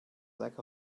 lack